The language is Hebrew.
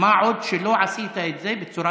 מה עוד שלא עשית את זה בצורה